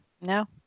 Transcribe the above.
No